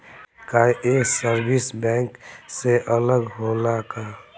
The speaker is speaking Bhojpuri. का ये सर्विस बैंक से अलग होला का?